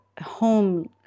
home